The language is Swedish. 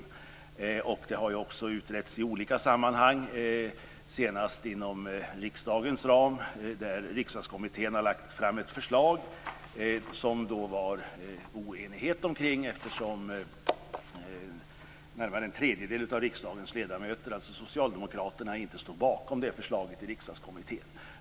Frågan har också utretts i olika sammanhang, senast inom riksdagens ram. Riksdagskommittén har lagt ett förslag som det var oenighet omkring eftersom närmare en tredjedel av riksdagens ledamöter, alltså socialdemokraterna, inte stod bakom förslaget.